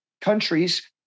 countries